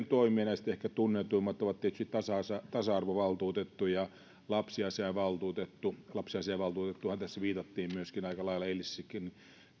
toimia ja näistä ehkä tunnetuimmat ovat tietysti tasa arvovaltuutettu ja lapsiasiainvaltuutettu lapsiasiainvaltuutettuunhan tässä viitattiin aika lailla eilisissäkin